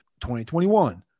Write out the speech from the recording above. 2021